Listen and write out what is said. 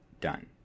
done